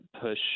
push